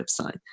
website